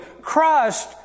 crushed